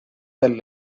del